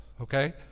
okay